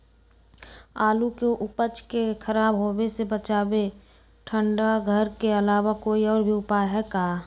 आलू के उपज के खराब होवे से बचाबे ठंडा घर के अलावा कोई और भी उपाय है का?